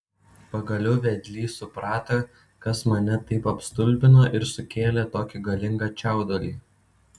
pagaliau vedlys suprato kas mane taip apstulbino ir sukėlė tokį galingą čiaudulį